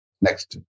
next